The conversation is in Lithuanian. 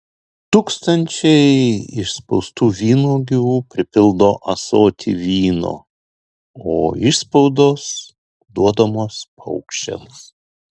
tūkstančiai išspaustų vynuogių pripildo ąsotį vyno o išspaudos duodamos paukščiams